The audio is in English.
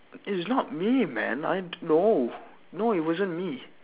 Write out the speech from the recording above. it's not me man I no no it wasn't me